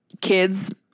kids